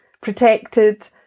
protected